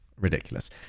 Ridiculous